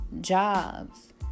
jobs